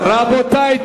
רבותי,